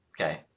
Okay